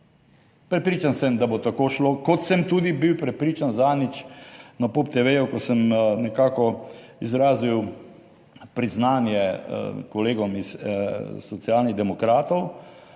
Prepričan sem, da bo tako šlo kot sem tudi bil prepričan zadnjič na POP TV, ju, ko sem nekako izrazil priznanje kolegom iz Socialnih demokratov,